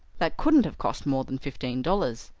that couldn't have cost more than fifteen dollars,